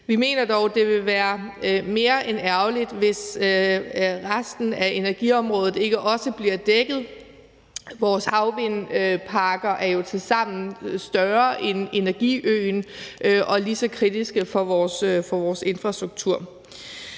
Vi mener dog, det vil være mere end ærgerligt, hvis resten af energiområdet ikke også bliver dækket. Vores havvindmølleparker er jo tilsammen større end energiøen og lige så kritiske for vores infrastruktur.